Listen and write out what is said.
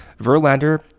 Verlander